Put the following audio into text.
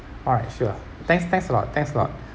alright sure thanks thanks a lot thanks a lot